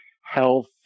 health